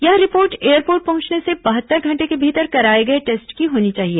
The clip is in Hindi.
यह रिपोर्ट एयरपोर्ट पहुंचने से बहत्तर घंटे के भीतर कराए गए टेस्ट की होनी चाहिए